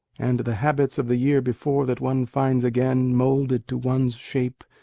and the habits of the year before that one finds again, molded to one's shape,